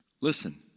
Listen